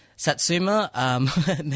Satsuma